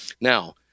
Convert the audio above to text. Now